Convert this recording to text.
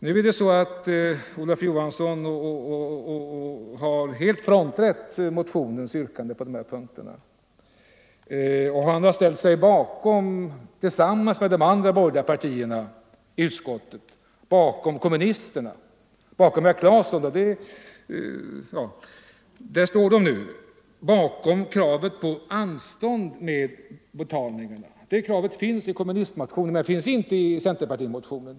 Nu har herr Olof Johansson helt frånträtt motionens yrkande på dessa punkter, och han har tillsammans med de andra borgerliga ledamöterna i utskottet ställt sig bakom kommunisternas krav på anstånd med betalningarna. Där står de nu. Kravet på anstånd finns alltså inte i centerpartimotionen.